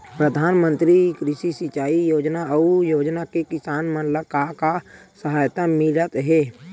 प्रधान मंतरी कृषि सिंचाई योजना अउ योजना से किसान मन ला का सहायता मिलत हे?